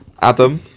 Adam